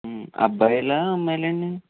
అబ్బాయిలా అమ్మాయిలండి